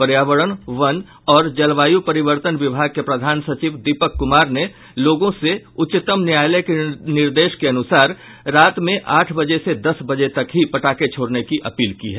पर्यावरण वन और जलवायु परिवर्तन विभाग के प्रधान सचिव दीपक कुमार ने लोगों से उच्चतम न्यायालय के निर्देश के अनुसार रात में आठ बजे से दस बजे तक ही पटाखे छोड़ने की अपील की है